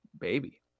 baby